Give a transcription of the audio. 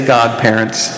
Godparents